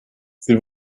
sie